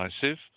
decisive